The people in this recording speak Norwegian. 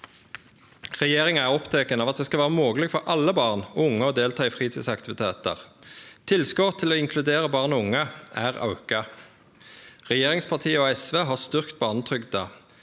Regjeringa er oppteken av at det skal vere mogleg for alle barn og unge å delta i fritidsaktivitetar. Tilskot til å inkludere barn og unge er auka. Regjeringspartia og SV har styrkt barnetrygda.